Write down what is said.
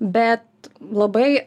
bet labai